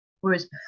Whereas